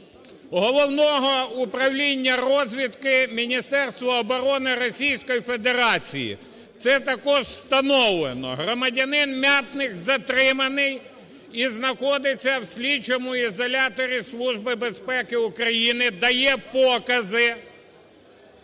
Головного управління розвідки Міністерства оборони Російської Федерації. Це також втановлено. Громадянин Мятних затриманий і знаходиться в слідчому ізоляторі Служби безпеки